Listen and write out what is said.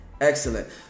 Excellent